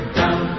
down